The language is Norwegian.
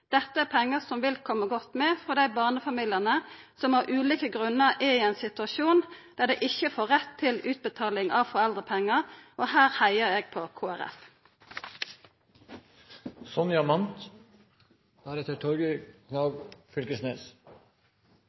dette truar arbeidslinja, blir for lettvint. Dette er pengar som vil koma godt med for dei barnefamiliane som av ulike grunnar er i ein situasjon der dei ikkje har rett til utbetaling av foreldrepengar. Her heiar eg på